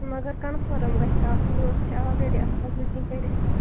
مگر کَنٛفٲرٕم گژھِ آسُن یورٕ چھِ آلریڈی آسان پتہٕ بُکِنٛگ کٔرِتھ یِم